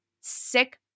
sick